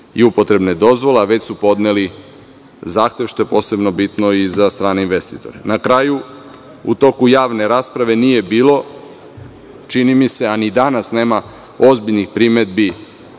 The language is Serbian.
i upotrebne dozvole, a već su podneli zahtev, što je posebno bitno i za strane investitore. Na kraju, u toku javne rasprave nije bilo, čini mi se, a ni danas nema ozbiljnih primedbi